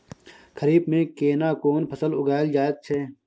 खरीफ में केना कोन फसल उगायल जायत छै?